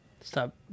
Stop